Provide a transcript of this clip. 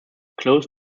close